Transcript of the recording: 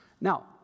Now